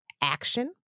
action